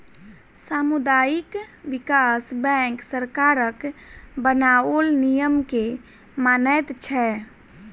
सामुदायिक विकास बैंक सरकारक बनाओल नियम के मानैत छै